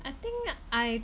I think I